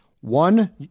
One